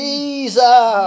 Jesus